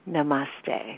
Namaste